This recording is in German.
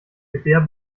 gewehr